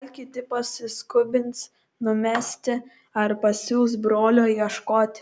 gal kiti pasiskubins numesti ar pasiųs brolio ieškoti